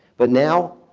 but now,